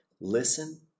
listen